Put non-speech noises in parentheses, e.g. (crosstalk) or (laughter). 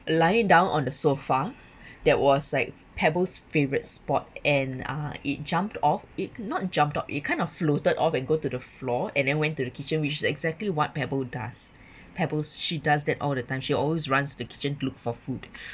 lying down on the sofa that was like pebbles favourite spot and uh it jumped off it not jumped off it kind of floated off and go to the floor and then went to the kitchen which is exactly what pebble does pebbles she does that all the time she always runs to the kitchen to look for food (breath)